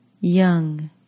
young